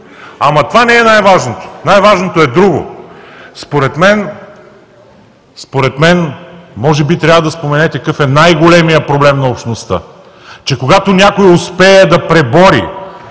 Но това не е най-важното. Най-важното е друго. Според мен може би трябва да споменете какъв е най-големият проблем на общността – че когато някой успее да пребори